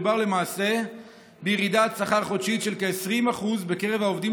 מדובר למעשה בירידת שכר חודשית של כ-20% בקרב העובדים